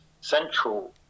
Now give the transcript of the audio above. central